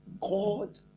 god